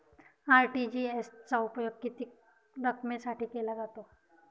RTGS चा उपयोग किती रकमेसाठी केला जातो?